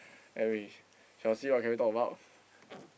then we shall see what can we talk about